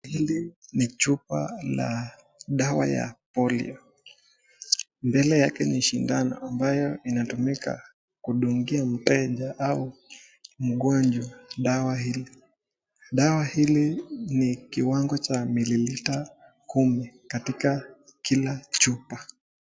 Hili ni chupa la dawa ya polio ,mbele yake ni sidano ambayo inatumika kudungia mteja au mgonjwa dawa hili. Dawa hili ni kiwango cha mililita kumi katika kila chupa.